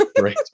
Right